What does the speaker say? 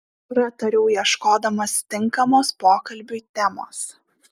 pratariau ieškodamas tinkamos pokalbiui temos